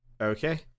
Okay